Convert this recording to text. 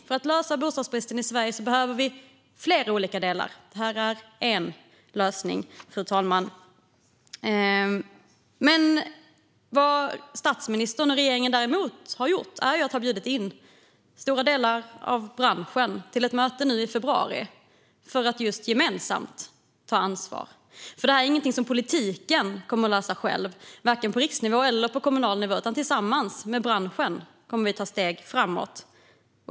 För att lösa bostadsbristen i Sverige behövs flera olika delar. Det här är en del, fru talman. Statsministern och regeringen har bjudit in stora delar av branschen till ett möte nu i februari, just för att ta gemensamt ansvar. Det här är ingenting som politiken kommer att lösa på egen hand, varken på riksnivå eller kommunal nivå. Men tillsammans med branschen kommer vi att ta steg framåt.